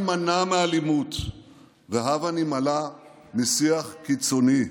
הבה נימנע מאלימות והבה נימנע משיח קיצוני.